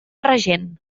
regent